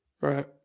Right